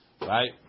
Right